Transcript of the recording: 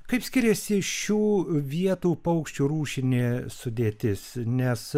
kaip skiriasi šių vietų paukščių rūšinė sudėtis nes